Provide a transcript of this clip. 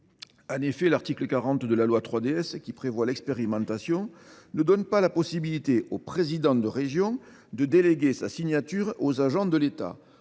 En effet, l’article 40 de la loi 3DS, qui prévoit l’expérimentation, ne permet pas au président de région de déléguer sa signature aux agents de l’État.